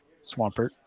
Swampert